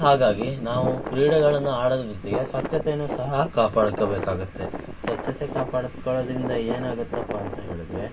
ಹಾಗಾಗಿ ನಾವು ಕ್ರೀಡೆಗಳನ್ನು ಆಡೋದ್ರ ಜೊತೆಗೆ ಸ್ವಚ್ಛತೇನ್ನೂ ಸಹ ಕಾಪಾಡ್ಕೋಬೇಕಾಗತ್ತೆ ಸ್ವಚ್ಛತೆ ಕಾಪಾಡ್ಕೊಳ್ಳೋದ್ರಿಂದ ಏನಾಗುತ್ತಪ್ಪ ಅಂತ ಹೇಳಿದ್ರೆ